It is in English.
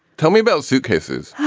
tell me about suitcases